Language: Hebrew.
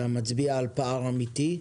אתה מצביע על פער אמיתי.